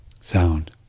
sound